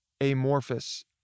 amorphous